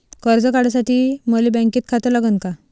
कर्ज काढासाठी मले बँकेत खातं लागन का?